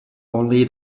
only